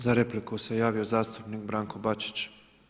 Za repliku se javio zastupnik Branko Bačić.